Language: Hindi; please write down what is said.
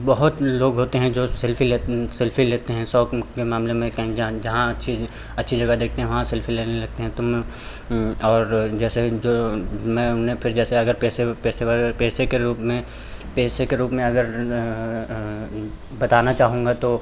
बहुत लोग होते हैं जो सेल्फ़ी लेते सेल्फ़ी लेते हैं शौक ओख के मामले में कहीं जहाँ अच्छी अच्छी जगह देखते हैं वहाँ सेल्फ़ी लेने लगते हैं तो मैं और जैसे जो मैं उन्हें फिर जैसे अगर पेशेवर पेशे के रूप में पेशे के रूप में अगर बताना चाहूँगा तो